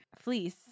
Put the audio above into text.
fleece